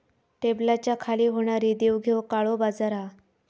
टेबलाच्या खाली होणारी देवघेव काळो बाजार हा